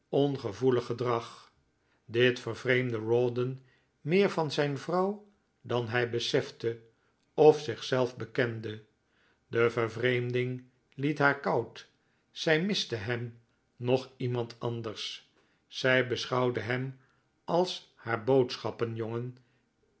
ongevoelig gedrag dit vervreemdde rawdon meer van zijn vrouw dan hij besefte of zichzelf bekende de vervreemding liet haar koud zij miste hem noch iemand anders zij beschouwde hem als haar